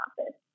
office